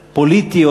הפוליטי,